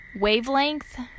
wavelength